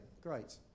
Great